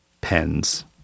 Pens